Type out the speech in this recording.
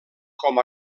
com